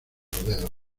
dedos